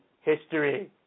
history